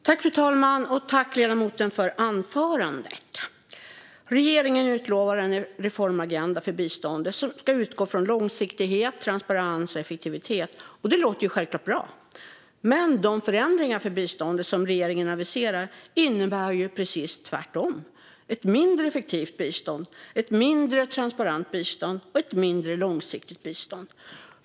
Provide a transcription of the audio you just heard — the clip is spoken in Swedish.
Fru talman! Tack för anförandet, ledamoten! Regeringen utlovar en reformagenda för biståndet som ska utgå från långsiktighet, transparens och effektivitet, och det låter självklart bra. Men de förändringar för biståndet som regeringen aviserar innebär ju precis det motsatta: ett mindre effektivt bistånd, ett mindre transparent bistånd och ett mindre långsiktigt bistånd.